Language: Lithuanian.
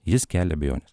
jis kelia abejones